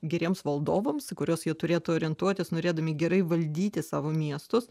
geriems valdovams į kuriuos jie turėtų orientuotis norėdami gerai valdyti savo miestus